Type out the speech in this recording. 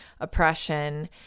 oppression